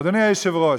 אדוני היושב-ראש,